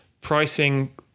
pricing